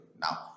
Now